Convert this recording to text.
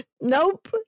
Nope